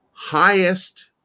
highest